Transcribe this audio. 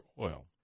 oil